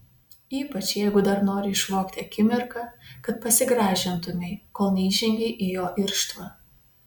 ypač jeigu dar nori išvogti akimirką kad pasigražintumei kol neįžengei į jo irštvą